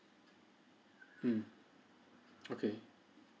mm okay